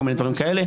כל מיני דברים כאלה.